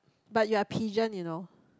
but you are pigeon you know